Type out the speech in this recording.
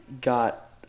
got